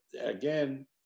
again